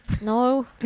No